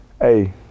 hey